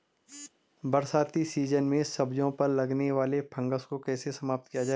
बरसाती सीजन में सब्जियों पर लगने वाले फंगस को कैसे समाप्त किया जाए?